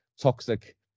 toxic